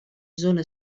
zona